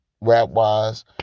rap-wise